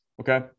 Okay